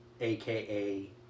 AKA